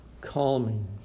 calming